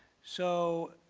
so